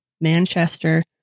Manchester